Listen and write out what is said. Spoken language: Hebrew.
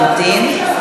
נמתין,